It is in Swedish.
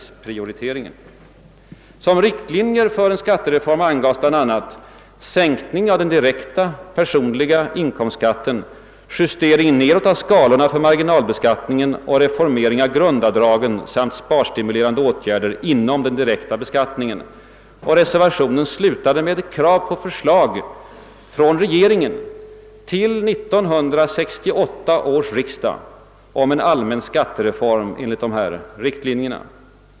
Som riktlinjer för en skattereform angavs bl.a. sänkning av den direkta personliga inkomstskatten, justering nedåt av skalorna för marginalbeskattningen och reformering av grundavdragen samt sparstimulerande åtgärder inom den direkta beskattningen. Reservationen slutade med ett krav på förslag från regeringen till 1968 års riksdag om en allmän skattereform enligt dessa riktlinjer.